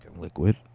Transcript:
Liquid